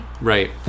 Right